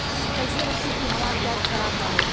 कइसे रखी कि हमार प्याज खराब न हो?